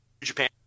Japan